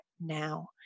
now